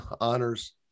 honors